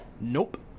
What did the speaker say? Nope